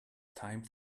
time